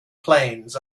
planes